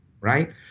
right